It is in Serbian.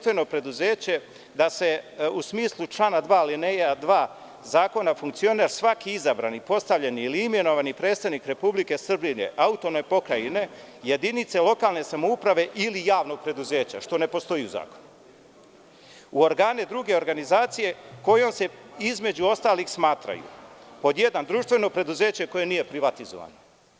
Kaže da se u smislu člana 2, alineja 2. Zakona, funkcioner svaki izabrani, postavljeni ili imenovani predstavnik Republike Srbije, Autonomne pokrajine, jedinice lokalne samouprave ili javnog preduzeća, što ne postoji u zakonu, u organe, druge organizacije koje se, između ostalog, smatraju, pod jedan, društveno preduzeće koje nije privatizovano.